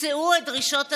תמצאו את דרישות התפקיד,